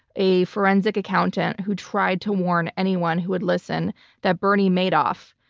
a forensic accountant who tried to warn anyone who would listen that bernie madoff,